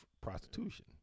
prostitution